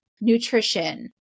nutrition